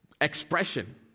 expression